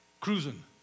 cruising